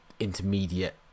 intermediate